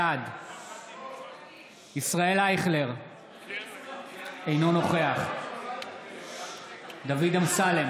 בעד ישראל אייכלר, אינו נוכח דוד אמסלם,